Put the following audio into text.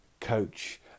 coach